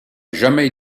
jamais